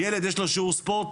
ילד יש לו שיעור ספורט,